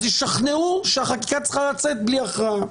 אז ישכנעו שהחקיקה צריכה לצאת בלי הכרעה.